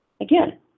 Again